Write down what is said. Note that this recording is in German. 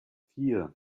vier